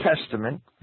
Testament